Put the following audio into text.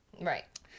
Right